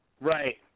Right